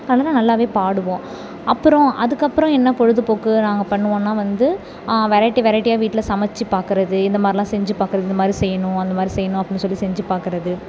அதெலாம் நல்லாவே பாடுவோம் அப்புறம் அதுக்கப்புறம் என்ன பொழுதுபோக்கு நாங்கள் பண்ணுவோன்னால் வந்து வெரைட்டி வெரைட்டியாக வீட்டில் சமைச்சி பார்க்கறது இந்த மாதிரிலாம் செஞ்சு பார்க்கறது இந்த மாதிரி செய்யணும் அந்த மாதிரி செய்யணும் அப்படின்னு சொல்லி செஞ்சு பார்க்கறது